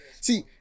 See